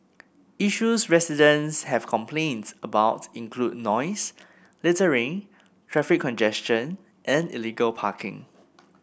issues residents have complained about include noise littering traffic congestion and illegal parking